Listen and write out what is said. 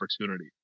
opportunity